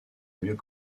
mieux